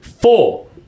Four